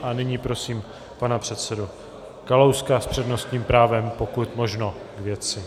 A nyní prosím pana předsedu Kalouska s přednostním právem, pokud možno k věci.